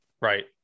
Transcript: right